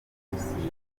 musirikare